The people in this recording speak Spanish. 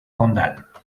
condal